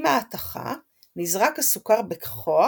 עם ההתכה, נזרק הסוכר בכוח